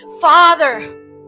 father